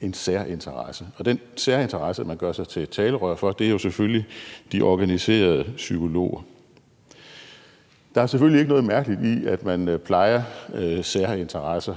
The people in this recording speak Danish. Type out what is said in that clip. en særinteresse. Den særinteresse, man gør sig til talerør for, er selvfølgelig de organiserede psykologer. Der er selvfølgelig ikke noget mærkeligt i, at man plejer særinteresser.